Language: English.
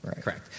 Correct